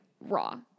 raw